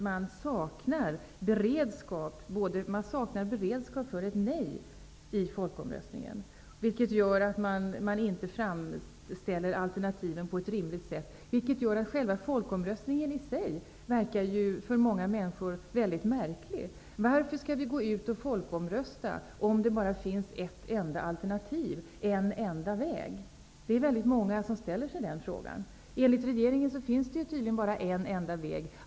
Man saknar beredskap för ett nej i folkomröstningen, vilket gör att man inte framställer alternativen på ett rimligt sätt. Det gör att själva folkomröstningen i sig för många människor verkar mycket märklig. Varför skall vi gå ut och folkomrösta om det bara finns ett enda alternativ, en enda väg? Det är väldigt många som ställer sig den frågan. Enligt regeringen finns det tydligen bara en enda väg.